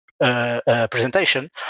presentation